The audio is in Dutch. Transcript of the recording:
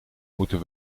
moeten